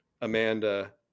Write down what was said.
Amanda